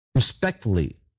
Respectfully